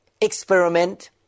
experiment